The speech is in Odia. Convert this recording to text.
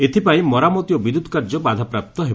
ଏଥପାଇଁ ମରାମତି ଓ ବିଦ୍ୟୁତ କାର୍ଯ୍ୟ ବାଧାପ୍ରାପ୍ତ ହେବ